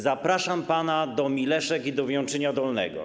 Zapraszam pana do Mileszek i do Więczynia Dolnego.